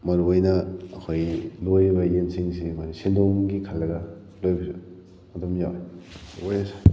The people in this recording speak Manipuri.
ꯃꯔꯨ ꯑꯣꯏꯅ ꯑꯩꯈꯣꯏꯒꯤ ꯂꯣꯏꯔꯤꯕ ꯌꯦꯟꯁꯤꯡꯁꯤ ꯑꯩꯈꯣꯏꯅ ꯁꯦꯟꯗꯣꯡꯒꯤ ꯈꯜꯂꯒ ꯂꯣꯏꯕꯁꯨ ꯑꯗꯨꯝ ꯌꯥꯎꯏ ꯂꯣꯏꯔꯁꯤ